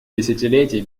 десятилетий